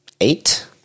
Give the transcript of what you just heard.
Eight